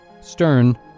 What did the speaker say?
Stern